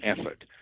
effort